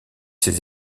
ses